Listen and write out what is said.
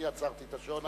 אני עצרתי את השעון,